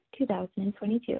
2022